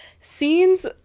scenes